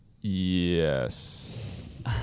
Yes